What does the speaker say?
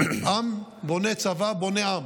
עם בונה צבא בונה עם.